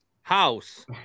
house